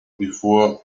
before